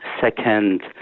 Second